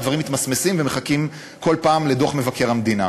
והדברים מתמסמסים ומחכים כל פעם לדוח מבקר המדינה.